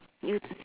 you